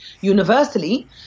universally